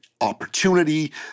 opportunity